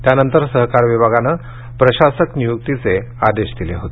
त्यानंतर सहकार विभागानं प्रशासक नियुक्तीचे आदेश दिले होते